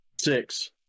Six